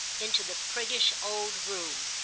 into the priggish old room.